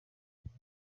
kwezi